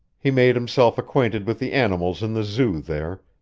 he made himself acquainted with the animals in the zoo there,